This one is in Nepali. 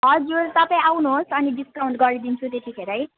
हजुर तपाईँ आउनु होस् अनि डिस्काउन्ट गरिदिन्छु त्यतिखेरै